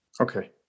Okay